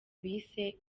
bise